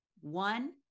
One